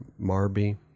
Marby